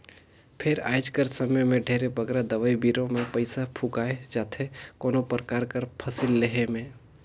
फेर आएज कर समे में ढेरे बगरा दवई बीरो में पइसा फूंकाए जाथे कोनो परकार कर फसिल लेहे में